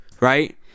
right